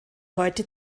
heute